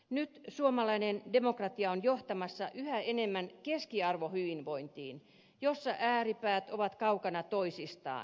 nyt suomalainen demokratia on johtamassa yhä enemmän keskiarvohyvinvointiin jossa ääripäät ovat kaukana toisistaan